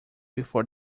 before